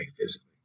physically